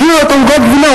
הביאו לו את עוגת הגבינה,